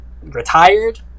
Retired